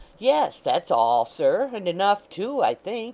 yes, that's all, sir. and enough too, i think